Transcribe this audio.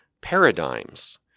paradigms